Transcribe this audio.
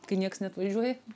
kai nieks neatvažiuoja